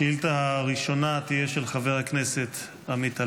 השאילתה הראשונה תהיה של חבר הכנסת עמית הלוי,